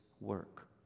work